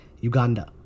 Uganda